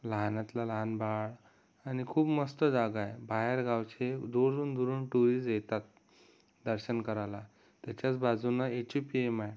लहानातलं लहान बाळ आणि खूप मस्त जागा आहे बाहेरगावचे दुरून दुरून टुरिस्ट येतात दर्शन करायला त्याच्याच बाजूनं एचे पि एम हाय